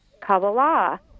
Kabbalah